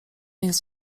jest